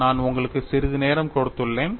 நான் உங்களுக்கு சிறிது நேரம் கொடுத்துள்ளேன்